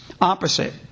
opposite